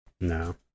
No